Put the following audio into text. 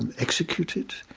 and executed.